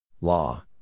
Law